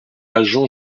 agent